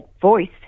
voice